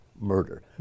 murder